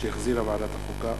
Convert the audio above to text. שהחזירה ועדת החוקה,